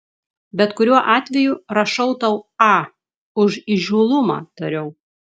bet kuriuo atveju rašau tau a už įžūlumą tariau